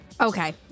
okay